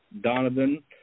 Donovan